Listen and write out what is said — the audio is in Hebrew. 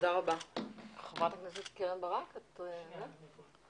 תודה רבה, חברת הכנסת קרן ברק, אחר כך?